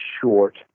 short